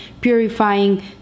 purifying